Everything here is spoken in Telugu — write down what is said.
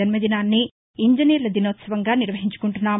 జన్మదినాన్ని ఇంజినీర్ల దినోత్సవంగా నిర్వహించుకుంటున్నాం